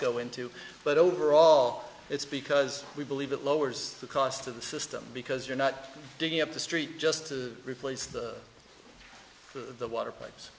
go into but overall it's because we believe it lowers the cost to the system because you're not digging up the street just to replace the the water pipes